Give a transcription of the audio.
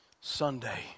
Sunday